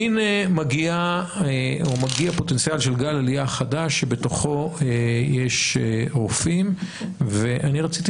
והנה מגיע פוטנציאל של גל עלייה חדש שבתוכו יש רופאים ואני רציתי